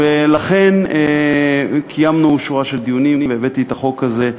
ולכן קיימנו שורה של דיונים, והבאתי את החוק הזה,